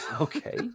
Okay